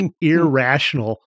irrational